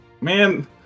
Man